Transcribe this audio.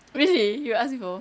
really you ask before